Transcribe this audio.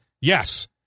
Yes